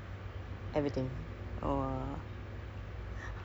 games from a lot of platforms okay mobile games